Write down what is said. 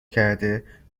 کرده